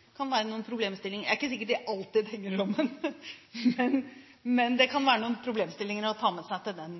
er ikke sikkert det alltid henger sammen – kan være problemstillinger å ta med seg til den